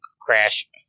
crash